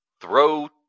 Throw